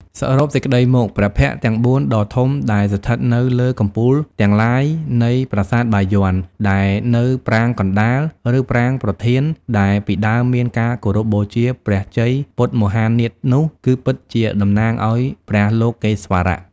សរុបសេចក្តីមក ព្រះភ័ក្ត្រទាំង៤ ដ៏ធំដែលស្ថិតនៅលើកំពូលទាំងឡាយនៃប្រាសាទបាយ័ន ដែលនៅប្រាង្គកណ្តាល ឬប្រាង្គប្រធានដែលពីដើមមានការគោរពបូជាព្រះជ័យពុទ្ធមហានាថនោះ គឺពិតជាតំណាងឱ្យព្រះលោកេស្វរៈ។